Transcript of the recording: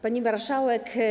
Pani Marszałek!